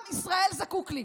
עם ישראל זקוק לי.